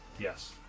Yes